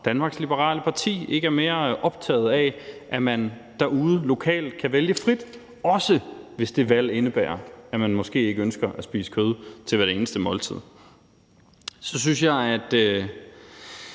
Danmarks Liberale Parti ikke er mere optaget af, at man derude lokalt kan vælge frit, også hvis det valg indebærer, at man måske ikke ønsker at spise kød til hvert eneste måltid. Så synes jeg, at